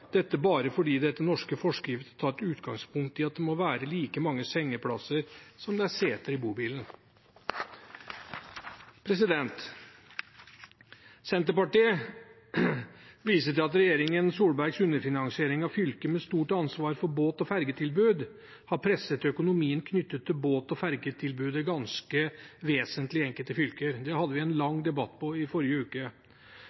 dette bare fordi det, etter norske forskrifter, er tatt utgangspunkt i at det må være like mange sengeplasser som det er seter i bobilen. Senterpartiet viser til at regjeringen Solbergs underfinansiering av fylker med stort ansvar for båt- og fergetilbud har presset økonomien knyttet til båt- og fergetilbudet ganske vesentlig i enkelte fylker. Det hadde vi en